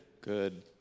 Good